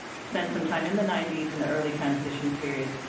spent some time in the nineties in the early transition period